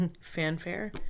fanfare